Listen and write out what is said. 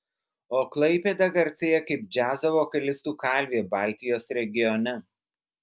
o klaipėda garsėja kaip džiazo vokalistų kalvė baltijos regione